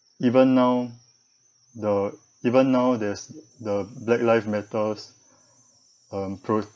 even now the even now there's the black life matters um pro~